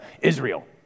Israel